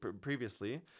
previously